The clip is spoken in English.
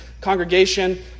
congregation